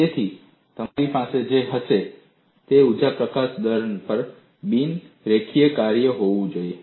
તેથી તમારે જે જોવું પડશે તે ઊર્જા પ્રકાશન દર પણ બિન રેખીય કાર્ય હોવું જોઈએ